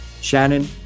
Shannon